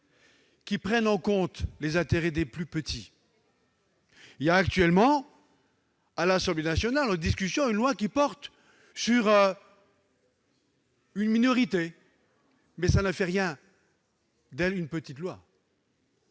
qui prennent en compte les intérêts des plus petits. Actuellement, à l'Assemblée nationale, se trouve en discussion une loi qui porte sur une minorité ; mais cela n'en fait en rien une petite loi.